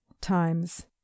times